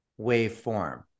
waveform